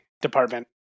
department